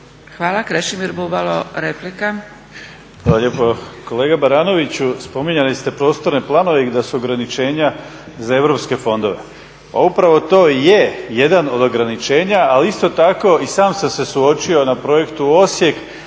**Bubalo, Krešimir (HDSSB)** Hvala lijepo. Kolega Baranoviću, spominjali ste prostorne planove i da su ograničenja za europske fondove. Pa upravo to i je jedan od ograničenja, ali isto tako i sam sam se suočio na projektu Osijek